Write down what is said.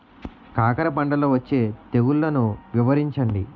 కాకర పంటలో వచ్చే తెగుళ్లను వివరించండి?